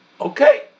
okay